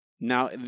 Now